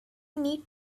need